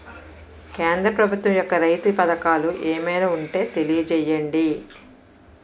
కేంద్ర ప్రభుత్వం యెక్క రైతు పథకాలు ఏమైనా ఉంటే తెలియజేయండి?